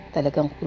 Talagang